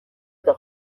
eta